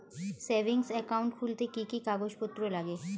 Savings account খুলতে কি কি কাগজপত্র লাগে?